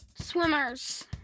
Swimmers